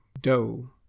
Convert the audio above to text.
Dough